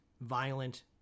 violent